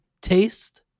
taste